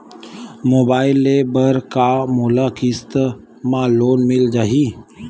Mobile ले बर का मोला किस्त मा लोन मिल जाही?